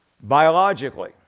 biologically